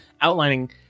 outlining